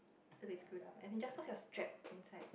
it's a bit screwed up and then just cause you're strapped inside